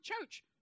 church